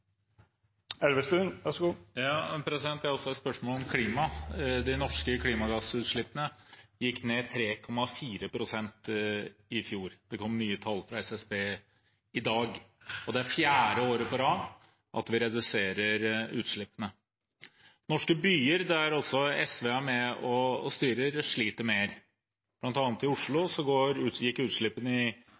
også et spørsmål om klima. De norske klimagassutslippene gikk ned 3,4 pst. i fjor. Det kom nye tall fra SSB i dag. Det er fjerde året på rad at vi reduserer utslippene. Norske byer der SV er med og styrer, sliter mer. Blant annet i Oslo gikk utslippene i 2018 opp. De er vel høyere nå enn de var i